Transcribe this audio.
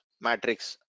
matrix